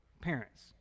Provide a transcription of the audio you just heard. parents